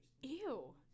Ew